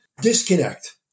disconnect